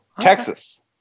Texas